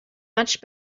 much